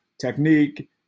technique